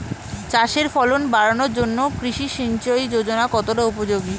চাষের ফলন বাড়ানোর জন্য কৃষি সিঞ্চয়ী যোজনা কতটা উপযোগী?